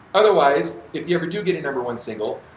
otherwise, if you ever do get a number one single,